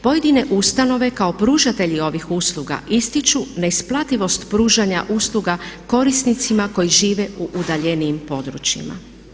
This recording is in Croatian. Pojedine ustanove kao pružatelji ovih usluga ističu neisplativost pružanja usluga korisnicima koji žive u udaljenijim područjima.